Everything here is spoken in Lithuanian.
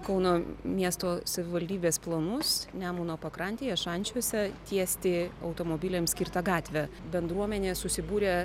kauno miesto savivaldybės planus nemuno pakrantėje šančiuose tiesti automobiliam skirtą gatvę bendruomenė susibūrė